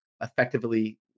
effectively